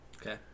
Okay